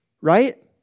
Right